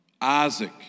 Isaac